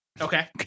Okay